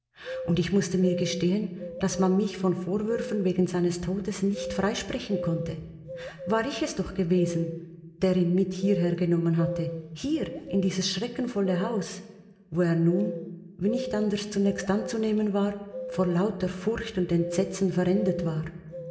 und ich mußte mir gestehen daß man mich von vorwürfen wegen seines todes nicht freisprechen konnte war ich es doch gewesen der ihn mit hierher genommen hatte hier in dieses schreckenvolle haus wo er nun wie nicht anders zunächst anzunehmen war vor lauter furcht und entsetzen verendet war